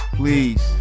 please